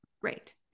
Great